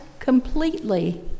completely